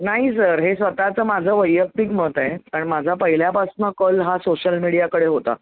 नाही सर हे स्वतःचं माझं वैयक्तिक मत आहे कारण माझा पहिल्यापासनं कल हा सोशल मीडियाकडे होता